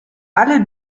alle